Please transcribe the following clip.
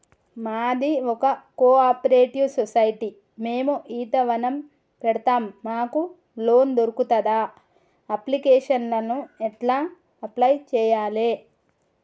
మాది ఒక cooperative society మేము ఈత వనం పెడతం మాకు లోన్ దొర్కుతదా? అప్లికేషన్లను ఎట్ల అప్లయ్ చేయాలే?